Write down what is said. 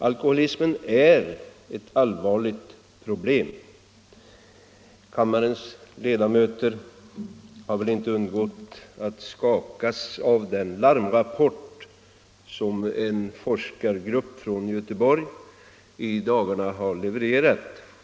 Alkoholismen är ett allvarligt problem. Kammarens ledamöter har väl inte undgått att skakas av den larmrapport som en forskargrupp från Göteborg i dagarna levererat.